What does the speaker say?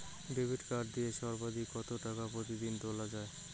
Debit card দিয়ে সর্বাধিক কত টাকা প্রতিদিন তোলা য়ায়?